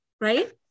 right